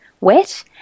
wet